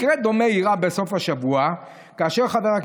מקרה דומה אירע בסוף השבוע, כאשר ח"כ